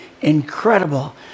incredible